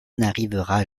n’arrivera